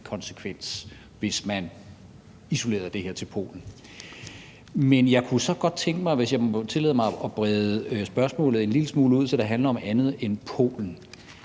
konsekvens, hvis man isolerede det her til kun at gælde for Polen. Men jeg kunne så godt tænke mig at brede spørgsmålet en lille smule ud, så det handler om andet end Polen.